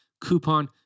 coupon